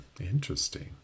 interesting